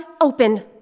open